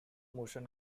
motion